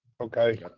Okay